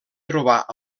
trobar